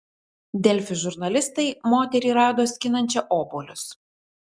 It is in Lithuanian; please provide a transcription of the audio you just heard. delfi žurnalistai moterį rado skinančią obuolius